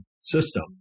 system